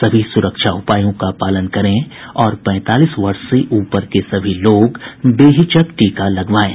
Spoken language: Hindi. सभी सुरक्षा उपायों का पालन करें और पैंतालीस वर्ष से ऊपर के सभी लोग बेहिचक टीका लगवाएं